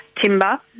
timber